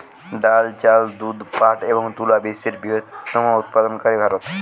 ডাল, চাল, দুধ, পাট এবং তুলা বিশ্বের বৃহত্তম উৎপাদনকারী ভারত